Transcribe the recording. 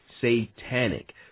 satanic